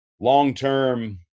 long-term